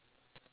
ya